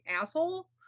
asshole